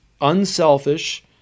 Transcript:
unselfish